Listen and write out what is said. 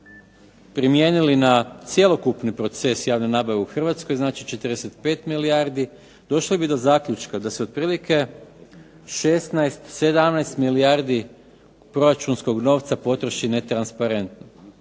primijenili na cjelokupni proces javne nabave u Hrvatskoj, znači 45 milijardi došli bi do zaključka da se otprilike 16, 17 milijardi proračunskog novca potroši netransparentno.